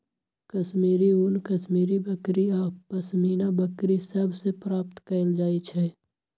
कश्मीरी ऊन कश्मीरी बकरि आऽ पशमीना बकरि सभ से प्राप्त कएल जाइ छइ